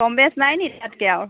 কম বেছ নাই নি তাতকৈ আৰু